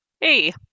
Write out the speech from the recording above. Hey